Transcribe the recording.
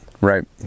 Right